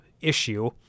issue